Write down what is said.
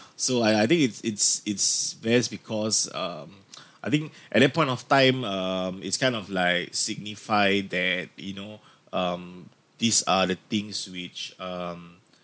so I I think it's it's it's best because um I think at that point of time um it's kind of like signify that you know um these are the things which um